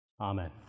Amen